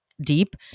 deep